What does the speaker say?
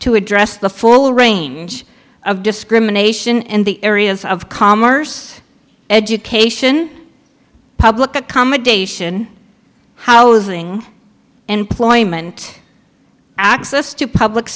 to address the full range of discrimination in the areas of commerce education public accommodation housing employment access to public